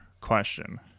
question